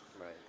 Right